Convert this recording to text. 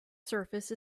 surface